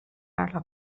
alla